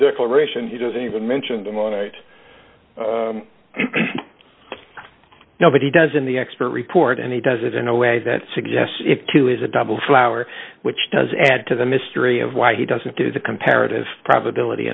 declaration he doesn't even mention them on right now but he does in the expert report and he does it in a way that suggests it too is a double flower which does add to the mystery of why he doesn't do the comparative probability